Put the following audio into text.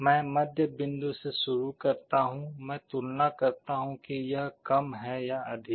मैं मध्य बिंदु से शुरू करता हूं मैं तुलना करता हूं कि यह कम है या अधिक